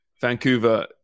Vancouver